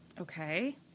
Okay